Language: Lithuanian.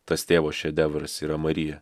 tas tėvo šedevras yra marija